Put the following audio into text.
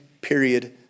period